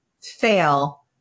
fail